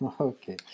okay